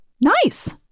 Nice